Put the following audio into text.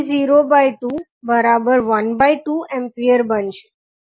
જ્યારે તમે કહો છો કે 𝑉𝑜 1 𝑉 કરંટ 𝐼2 જે આ લેગ માં વહે છે તે 𝑉𝑜2 ½ A બનશે